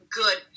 good